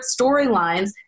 storylines